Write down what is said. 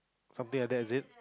something like that is it